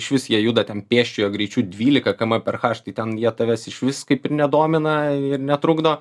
išvis jie juda ten pėsčiojo greičiu dvylika km per h tai ten jie tavęs išvis kaip ir nedomina ir netrukdo